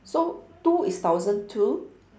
so two is thousand two